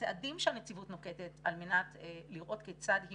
הצעדים שהנציבות נוקטת על מנת לראות כיצד היא